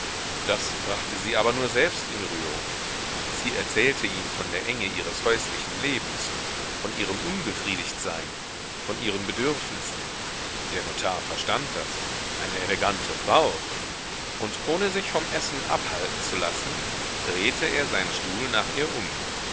das brachte sie aber nur selbst in rührung sie erzählte ihm von der enge ihres häuslichen lebens von ihrem unbefriedigtsein von ihren bedürfnissen der notar verstand das eine elegante frau und ohne sich vom essen abhalten zu lassen drehte er seinen stuhl nach ihr um